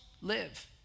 live